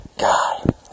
God